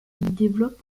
développe